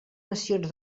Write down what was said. nacions